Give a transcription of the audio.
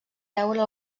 veure